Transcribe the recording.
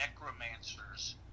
necromancers